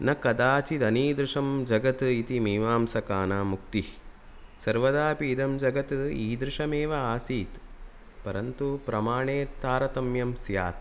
न कदाचित् अनीदृशं जगत् इति मीमांसकानाम् उक्तिः सर्वदाऽपि इदं जगत् ईदृशमेव आसीत् परन्तु प्रमाणे तारतम्यं स्यात्